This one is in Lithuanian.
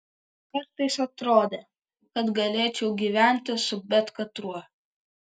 kartais atrodė kad galėčiau gyventi su bet katruo